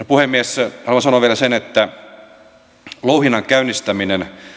puhemies haluan sanoa vielä sen että louhinnan käynnistäminen